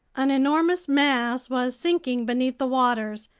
an enormous mass was sinking beneath the waters,